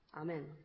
amen